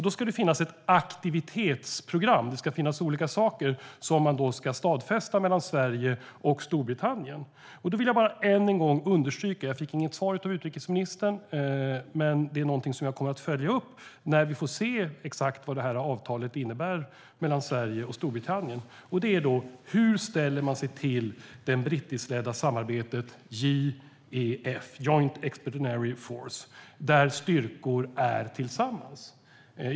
Då ska det finnas ett aktivitetsprogram. Det ska finnas olika saker som man ska stadfästa mellan Sverige och Storbritannien. Jag fick inget svar av utrikesministern, men jag vill understryka att jag kommer att följa upp en sak när vi får se exakt vad avtalet mellan Sverige och Storbritannien innebär, och det är: Hur ställer man sig till det brittiskledda samarbetet JEF, Joint Expeditionary Force, där styrkor är tillsammans?